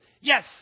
Yes